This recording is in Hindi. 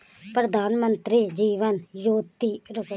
प्रधानमंत्री जीवन ज्योति योजना का लाभ कैसे लें?